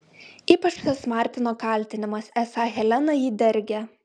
ypač tas martino kaltinimas esą helena jį dergia